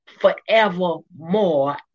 forevermore